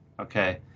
okay